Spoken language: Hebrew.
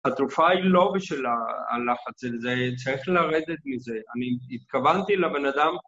התרופה היא לא בשביל הלחץ לזה, היא צריכה לרדת מזה. אני התכוונתי לבן אדם...